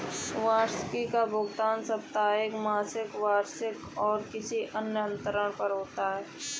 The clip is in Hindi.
वार्षिकी का भुगतान साप्ताहिक, मासिक, वार्षिक, त्रिमासिक या किसी अन्य अंतराल पर होता है